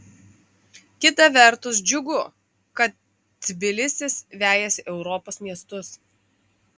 kita vertus džiugu kad tbilisis vejasi europos miestus